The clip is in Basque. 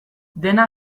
dena